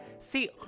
See